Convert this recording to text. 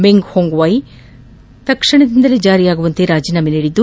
Meng Hongwei ಅವರು ತತ್ಕ್ಷಣದಿಂದಲೇ ಜಾರಿಯಾಗುವಂತೆ ರಾಜೀನಾಮೆ ನೀಡಿದ್ದು